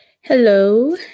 Hello